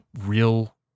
real